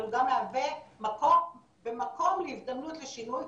אבל הוא גם מהווה מקור ומקום להזדמנות לשינוי.